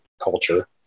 culture